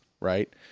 right